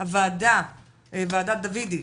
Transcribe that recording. ועדת דווידי